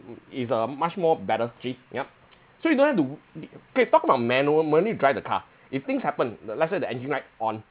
it's a much more better actually yup so you don't have to K talk about manual manual you drive the car if things happen the let's say the engine light on